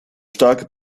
starke